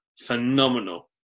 phenomenal